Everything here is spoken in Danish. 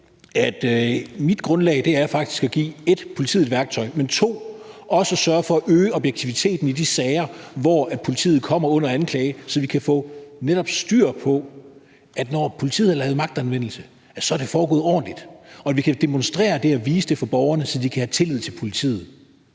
mit grundlag faktisk er 1) at give politiet et værktøj, men også 2) at sørge for at øge objektiviteten i de sager, hvor politiet kommer under anklage, så vi netop kan få styr på, at når politiet har brugt magtanvendelse, så er det foregået ordentligt, og at vi kan demonstrere det og vise det for borgerne, så de kan have tillid til politiet.